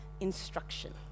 instruction